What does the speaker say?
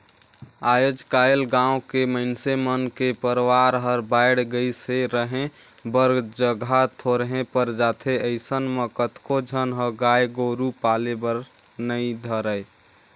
आयज कायल गाँव के मइनसे मन के परवार हर बायढ़ गईस हे, रहें बर जघा थोरहें पर जाथे अइसन म कतको झन ह गाय गोरु पाले बर नइ धरय